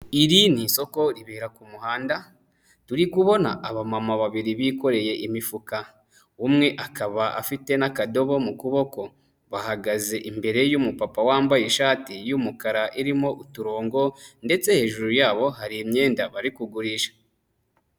Iri ni isoko ribera ku muhanda, turi kubona abama babiri bikoreye imifuka umwe akaba afite n'akadobo mu kuboko, bahagaze imbere y'umupapa wambaye ishati y'umukara irimo uturongo ndetse hejuru yabo hari imyenda bari kugurisha.